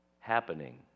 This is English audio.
happening